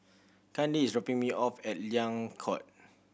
Kandi is dropping me off at Liang Court